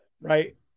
Right